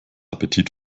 appetit